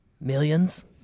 Millions